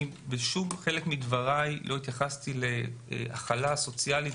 בשום חלק בדברי לא התייחסתי להכלה סוציאלית